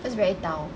that's very dao